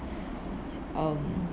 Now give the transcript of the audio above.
um